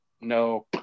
no